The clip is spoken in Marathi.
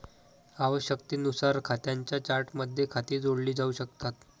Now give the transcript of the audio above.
आवश्यकतेनुसार खात्यांच्या चार्टमध्ये खाती जोडली जाऊ शकतात